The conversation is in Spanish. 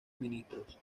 ministros